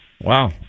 Wow